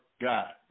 God